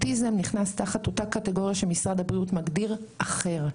אוטיזם נכנס תחת קטגוריה שמשרד הבריאות מגדיר כ"אחר",